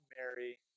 Mary